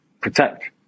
protect